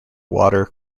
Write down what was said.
water